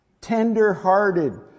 Tender-hearted